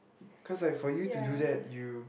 cause like for you to do that you